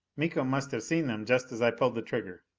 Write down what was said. miko must have seen them just as i pulled the trigger.